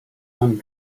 and